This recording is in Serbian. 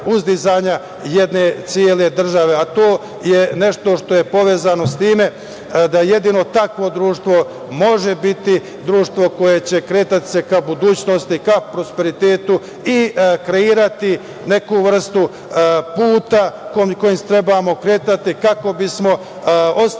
uzdizanja jedne cele države. To je nešto što je povezano sa tim da jedino takvo društvo može biti društvo koje će se kretati ka budućnosti, ka prosperitetu i kreirati neku vrstu puta kojim se trebamo kretati kako bismo ostavili